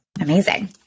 Amazing